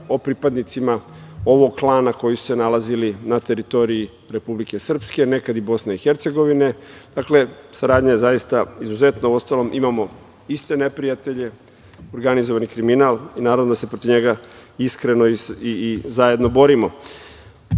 o pripadnicima ovog klana koji su se nalazili na teritoriji Republike Srpske, nekad i BiH. Dakle, saradnja je zaista izuzetna. U ostalom, imamo iste neprijatelje, organizovani kriminal i naravno da se protiv njega iskreno i zajedno borimo. Više